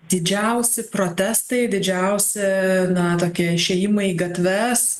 didžiausi protestai didžiausi na tokie išėjimai į gatves